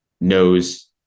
knows